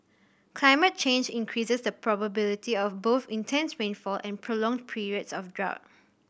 climate change increases the probability of both intense rainfall and prolonged periods of drought